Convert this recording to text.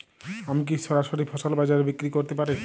আমি কি সরাসরি ফসল বাজারে বিক্রি করতে পারি?